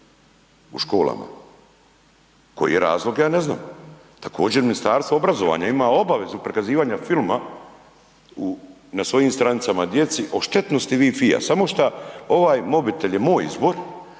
u školama. Koji je razlog, ja ne znam. Također ministarstvo obrazovanja ima obavezu prikazivanja filma na svojim stranicama djeci o štetnosti Wi-Fia samo što ovaj mobitel je moj izbor,